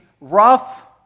rough